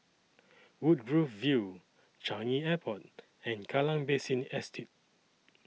Woodgrove View Changi Airport and Kallang Basin Estate